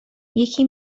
یکی